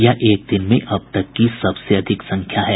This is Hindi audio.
यह एक दिन में अब तक की सबसे अधिक संख्या है